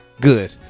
Good